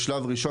בשלב ראשון,